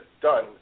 done